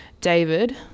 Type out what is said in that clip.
David